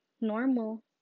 normal